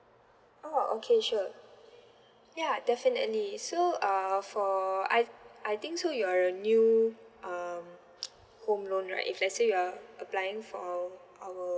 oh okay sure ya definitely so uh for I I think so you are a new um home loan right if let say you are applying for our